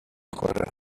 خوره